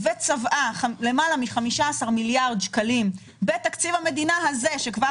וצבעה יותר מ-15 מיליארד שקלים בתקציב המדינה הזה שכבר